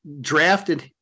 drafted